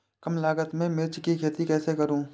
कम लागत में मिर्च की खेती कैसे करूँ?